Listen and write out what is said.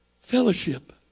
Fellowship